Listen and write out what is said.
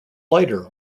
lighter